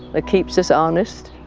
ah keeps us honest,